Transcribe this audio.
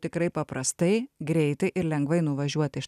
tikrai paprastai greitai ir lengvai nuvažiuoti iš